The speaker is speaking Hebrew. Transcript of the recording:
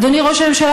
אדוני ראש הממשלה,